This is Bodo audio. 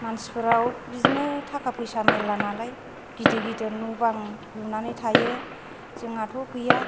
मानसिफोरा बिदिनो थाखा फैसा मेरला नालाय गिदिर गिदिर न' बां लुनानै थायो जोंहाथ' गैया